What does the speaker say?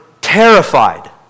terrified